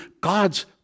God's